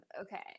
Okay